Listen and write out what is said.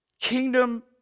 Kingdom